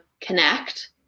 connect